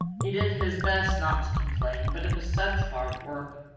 he did his best not to complain, but it was such hard work.